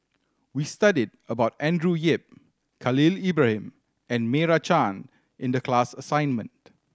we studied about Andrew Yip Khalil Ibrahim and Meira Chand in the class assignment